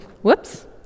Whoops